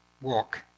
Walk